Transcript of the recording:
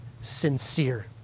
sincere